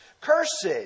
Cursed